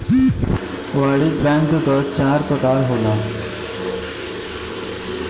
वाणिज्यिक बैंक क भी चार परकार होला